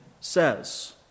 says